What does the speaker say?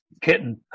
kitten